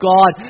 God